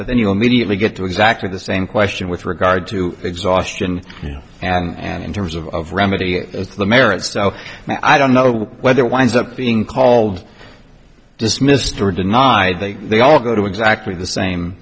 but then you immediately get to exactly the same question with regard to exhaustion and in terms of of remedy as the merits so i don't know whether winds up being called dismissed or denied they they all go to exactly the same